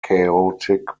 chaotic